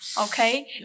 Okay